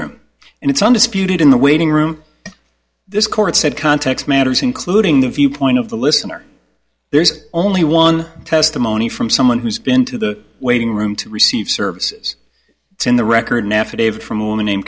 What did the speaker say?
room and it's undisputed in the waiting room this court said context matters including the viewpoint of the listener there is only one testimony from someone who's been to the waiting room to receive services in the record nephew david from a woman named